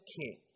king